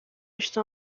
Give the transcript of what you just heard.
está